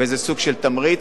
וזה סוג של תמריץ.